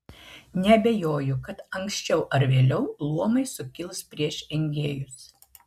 neabejoju kad anksčiau ar vėliau luomai sukils prieš engėjus